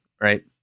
right